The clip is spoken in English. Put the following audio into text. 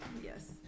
Yes